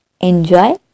enjoy